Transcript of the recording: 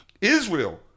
Israel